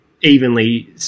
evenly